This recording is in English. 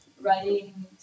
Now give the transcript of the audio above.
writing